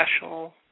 special